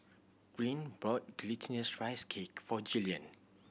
Greene bought Glutinous Rice Cake for Gillian